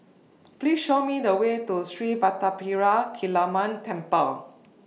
Please Show Me The Way to Street Vadapathira Kaliamman Temple